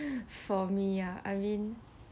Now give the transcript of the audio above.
for me uh I mean